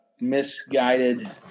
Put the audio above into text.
misguided